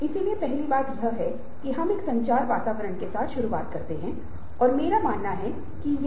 और प्रेरक प्रक्रिया चुनती है कि व्यक्ति के कुछ अधिकार आवश्यकताएं और इच्छाएं या अपेक्षाएं हैं